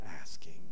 asking